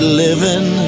living